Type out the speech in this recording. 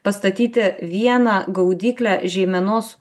pastatyti vieną gaudyklę žeimenos